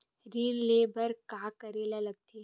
ऋण ले बर का करे ला लगथे?